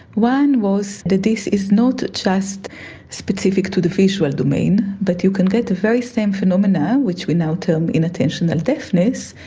one was that this is not just specific to the visual domain but you can get the very same phenomena which we now term inattentional deafness,